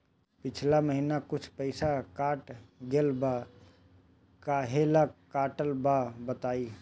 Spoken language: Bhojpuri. पिछला महीना कुछ पइसा कट गेल बा कहेला कटल बा बताईं?